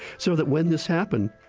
so that when this happened,